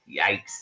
Yikes